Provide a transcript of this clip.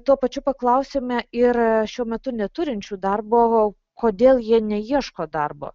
tuo pačiu paklausėme ir šiuo metu neturinčių darbo kodėl jie neieško darbo